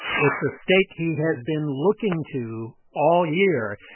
it's a state he has been looking to all year.